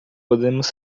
podemos